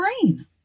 brain